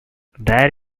that